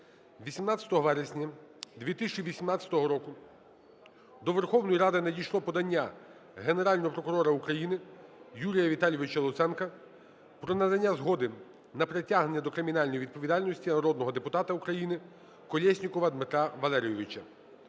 18 вересня 2018 року до Верховної Ради надійшло подання Генерального прокурора України Юрія Віталійовича Луценка про надання згоди на притягнення до кримінальної відповідальності народного депутата України Колєснікова Дмитра Валерійовича.